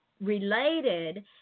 Related